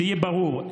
שיהיה ברור,